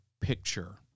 picture